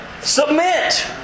Submit